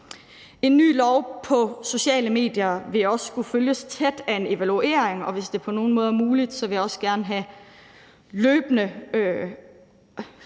En ny lov for sociale medier vil også skulle følges tæt af en evaluering, og hvis det på nogen måde er muligt, vil jeg også gerne have løbende